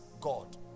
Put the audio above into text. God